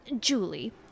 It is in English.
Julie